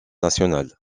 nationale